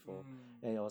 mm